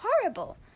horrible